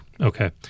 Okay